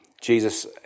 Jesus